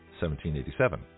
1787